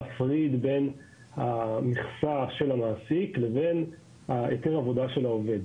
להפריד בין המכסה של המעסיק לבין היתר העבודה של העובד,